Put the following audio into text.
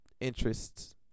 interests